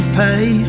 pay